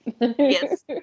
Yes